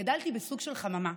גדלתי בסוג של חממה: